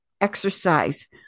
exercise